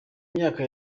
myaka